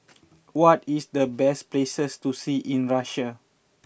what is the best places to see in Russia